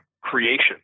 creation